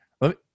Let